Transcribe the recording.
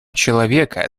человека